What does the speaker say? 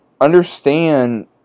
understand